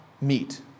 meet